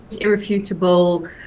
irrefutable